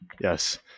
yes